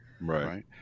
Right